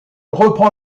reprend